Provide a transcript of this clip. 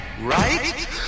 Right